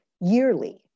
yearly